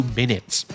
minutes